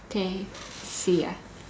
okay see ya